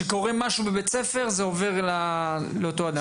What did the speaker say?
כשקורה משהו בבית ספר זה עובר לאותו אדם.